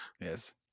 Yes